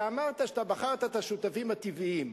אתה אמרת שבחרת את השותפים הטבעיים,